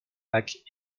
pâques